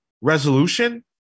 resolution